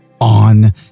on